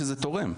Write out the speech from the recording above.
שזה תורם.